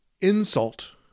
insult